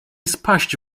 spaść